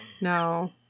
No